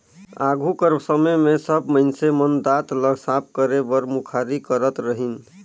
आघु कर समे मे सब मइनसे मन दात ल साफ करे बर मुखारी करत रहिन